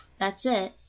that's it.